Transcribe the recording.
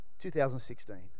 2016